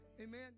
amen